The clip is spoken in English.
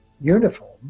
uniform